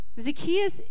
Zacchaeus